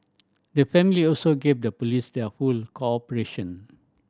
the family also gave the police their full cooperation